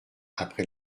après